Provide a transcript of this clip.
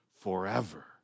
forever